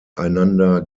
einander